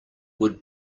would